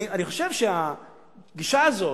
אני חושב שהגישה הזו,